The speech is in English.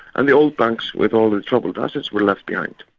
and the old banks with all the troubled assets were left behind.